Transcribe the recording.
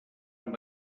amb